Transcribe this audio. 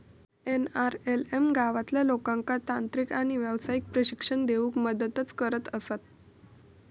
NRLM गावातील लोकांका तांत्रिक आणि व्यावसायिक प्रशिक्षण देऊन मदतच करत असता